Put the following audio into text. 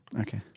Okay